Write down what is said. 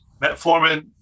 Metformin